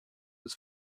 was